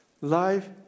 Life